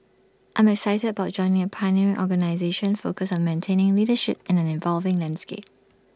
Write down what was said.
I'm excited about joining A pioneering organisation focused on maintaining leadership in an evolving landscape